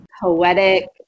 poetic